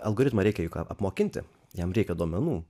algoritmą reikia apmokinti jam reikia duomenų